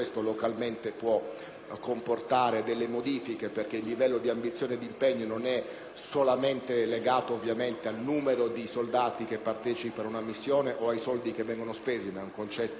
comportare delle modifiche, perché il livello di ambizione e di impegno non è ovviamente esclusivamente legato al numero di soldati che partecipano ad una missione o ai soldi che vengono spesi, ma è un concetto più ampio.